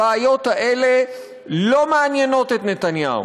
הבעיות האלה לא מעניינות את נתניהו.